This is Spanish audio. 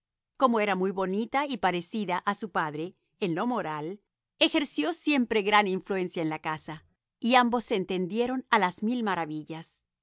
como era muy bonita y parecida a su padre en lo moral ejerció siempre gran influencia en la casa y amibos se entendieron a las mil maravillas